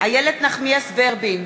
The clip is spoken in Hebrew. איילת נחמיאס ורבין,